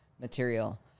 material